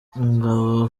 ngabo